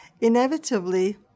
Inevitably